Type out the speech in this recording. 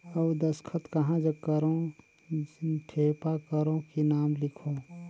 अउ दस्खत कहा जग करो ठेपा करो कि नाम लिखो?